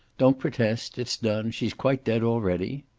don't protest. it's done. she's quite dead already.